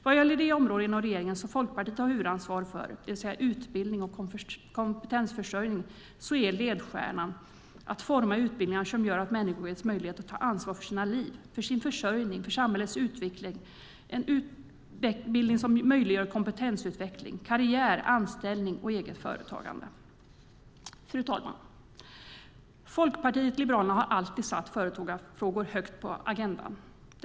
Vad gäller det område inom regeringen som Folkpartiet har huvudansvar för, det vill säga utbildning och kompetensförsörjning, är ledstjärnan att forma utbildningar som gör att människor ges möjlighet att ta ansvar för sina liv, sin försörjning och samhällets utveckling. Det handlar om en utbildning som möjliggör kompetensutveckling, karriär, anställning och eget företagande. Fru talman! Folkpartiet liberalerna har alltid satt företagarfrågor högt på agendan.